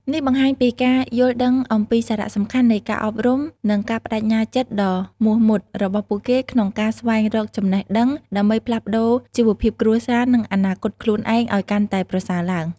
នេះបង្ហាញពីការយល់ដឹងអំពីសារៈសំខាន់នៃការអប់រំ និង ការប្តេជ្ញាចិត្តដ៏មោះមុត របស់ពួកគេក្នុងការស្វែងរកចំណេះដឹង ដើម្បីផ្លាស់ប្តូរជីវភាពគ្រួសារ និងអនាគតខ្លួនឯងឲ្យកាន់តែប្រសើរឡើង។